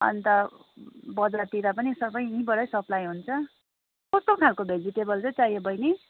अन्त बजारतिर पनि सबै यहीँबाटै सप्लाई हुन्छ कस्तो खालको भेजिटेबल चाहिँ चाहियो बहिनी